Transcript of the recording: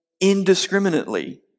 indiscriminately